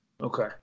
Okay